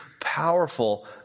powerful